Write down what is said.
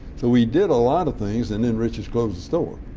so we did a lot of things and then rich's closed the store.